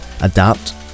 adapt